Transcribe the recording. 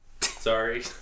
Sorry